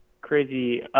crazy